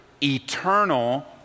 eternal